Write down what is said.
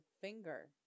finger